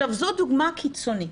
זו דוגמה קיצונית.